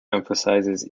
emphasizes